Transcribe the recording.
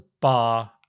bar